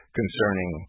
concerning